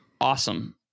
awesome